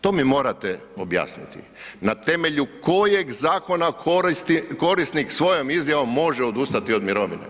To mi morate objasniti na temelju kojeg zakona korisnik svojom izjavom može odustati od mirovine.